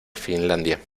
finlandia